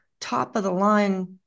top-of-the-line